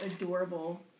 adorable